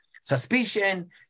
suspicion